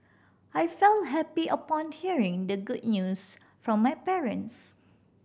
I felt happy upon hearing the good news from my parents